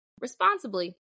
responsibly